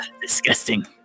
Disgusting